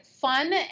fun